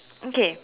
okay